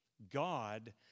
God